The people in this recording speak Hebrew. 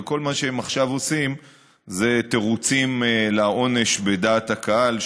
וכל מה שהם עכשיו עושים זה תירוצים לעונש בדעת הקהל,